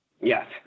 Yes